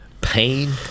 pain